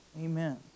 Amen